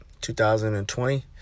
2020